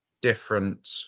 different